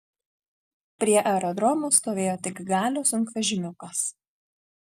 prie aerodromo stovėjo tik galio sunkvežimiukas